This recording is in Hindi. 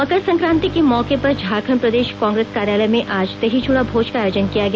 मकर संक्रांति के मौके पर झारखंड प्रदेश कांग्रेस कार्यालय में आज दही चूड़ा भोज का आयोजन किया गया